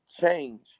change